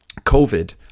COVID